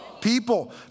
People